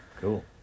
cool